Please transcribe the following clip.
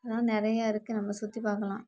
அதனால் நிறையா இருக்குது நம்ம சுற்றி பார்க்கலாம்